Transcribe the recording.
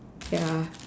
ya